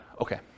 Okay